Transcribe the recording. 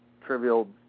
trivial